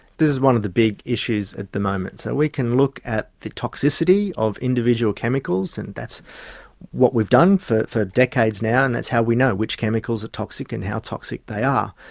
this is one of the big issues at the moment. so we can look at the toxicity of individual chemicals and that's what we've done for for decades now and that's how we know which chemicals are toxic and how toxic they are.